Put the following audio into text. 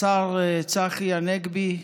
השר צחי הנגבי,